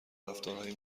رفتارهایی